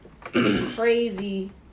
crazy